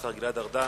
השר גלעד ארדן,